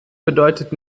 bedeutet